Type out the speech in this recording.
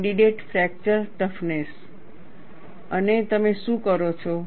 candidate fracture toughness અને તમે શું કરો છો